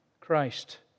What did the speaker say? Christ